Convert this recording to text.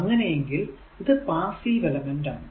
അങ്ങനെയെങ്കിൽ ഇത് passive element ആണ്